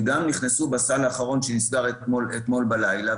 ונכנסו גם בסל האחרון שנסגר אתמול בלילה,